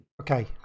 Okay